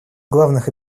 главных